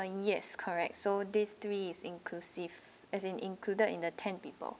uh yes correct so these three is inclusive as in included in the ten people